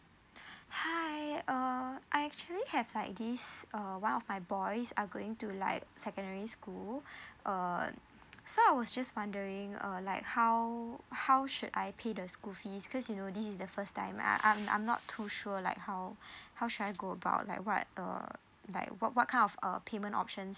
hi uh I actually have like this uh one of my boys are going to like secondary school uh so I was just wondering uh like how how should I pay the school fees cause you know this is the first time uh I'm I'm not too sure like how how should I go about like what uh like what what kind of uh payment options